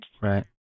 Right